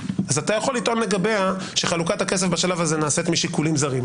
אתה יכול לטעון לגביה שחלוקת הכסף בשלב הזה נעשית משיקולים זרים.